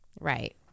Right